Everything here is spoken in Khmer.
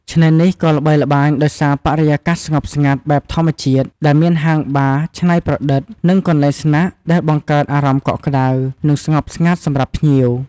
ឆ្នេរនេះក៏ល្បីល្បាញដោយសារបរិយាកាសស្ងប់ស្ងាត់ បែបធម្មជាតិ ដែលមានហាងបារច្នៃប្រឌិត និងកន្លែងស្នាក់ ដែលបង្កើតអារម្មណ៍កក់ក្ដៅ និងស្ងប់ស្ងាត់សម្រាប់ភ្ញៀវ។